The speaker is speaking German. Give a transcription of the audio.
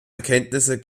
erkenntnisse